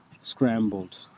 scrambled